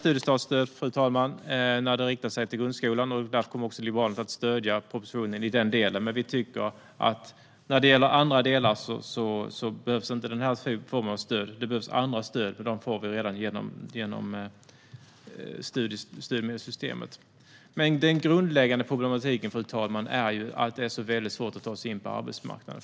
Studiestartsstöd är bra när det riktar sig till grundskolestudier. Därför kommer Liberalerna att stödja propositionen i den delen. Men i andra delar behövs inte denna typ av stöd. Då behövs andra stöd, och dem har vi redan genom studiemedelssystemet. Fru talman! Den grundläggande problematiken är att det är så svårt att ta sig in på arbetsmarknaden.